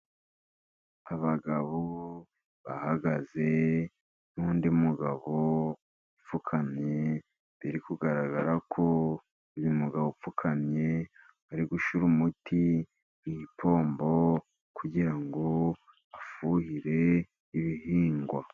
Abagabo bahagaze, n'undi mugabo upfukamye, biri kugaragara ko uyu mugabo upfukamye, ari gushyira umuti mu igipombo kugira ngo afuhire ibihingwa.